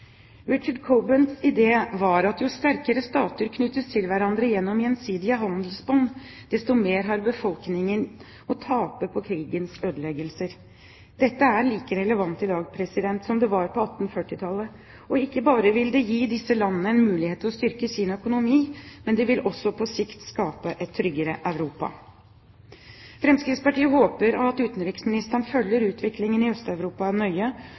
var at jo sterkere stater knyttes til hverandre gjennom gjensidige handelsbånd, jo mer har befolkningen å tape på krigens ødeleggelser. Dette er like relevant i dag som det var på 1840-tallet. Ikke bare vil det gi disse landene en mulighet til å styrke sin økonomi, men det vil også på sikt skape et tryggere Europa. Fremskrittspartiet håper at utenriksministeren følger utviklingen i Øst-Europa nøye,